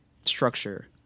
structure